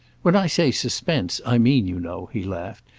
when i say suspense i mean, you know, he laughed,